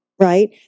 right